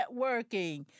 networking